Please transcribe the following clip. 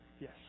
yes